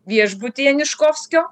viešbutyje niškofskio